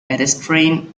pedestrian